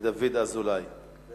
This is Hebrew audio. ודוד אזולאי, קריאה ראשונה.